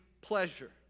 pleasure